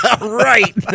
Right